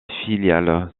filiales